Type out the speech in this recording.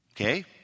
Okay